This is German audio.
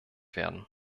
werden